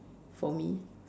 for me